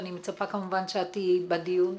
ואני מצפה כמובן שאת תהיי בדיון,